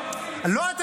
לא עושים את זה.